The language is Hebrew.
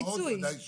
קצבאות ודאי שלא.